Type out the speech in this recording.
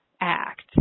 act